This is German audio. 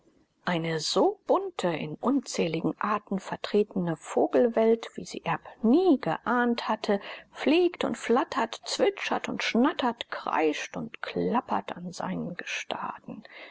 eine so bunte in unzähligen arten vertretene vogelwelt wie sie erb nie geahnt hatte fliegt und flattert zwitschert und schnattert kreischt und klappert an seinen gestaden